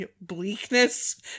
bleakness